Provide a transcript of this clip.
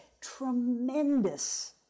tremendous